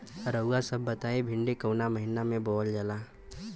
रउआ सभ बताई भिंडी कवने महीना में बोवल जाला?